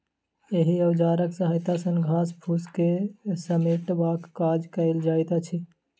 एहि औजारक सहायता सॅ घास फूस के समेटबाक काज कयल जाइत अछि